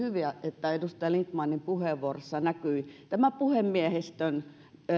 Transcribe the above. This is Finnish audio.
oli hyvä että edustaja lindtmanin puheenvuorossa näkyi tämä puhemiehistön